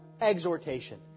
exhortation